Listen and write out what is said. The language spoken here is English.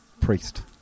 priest